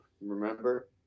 Remember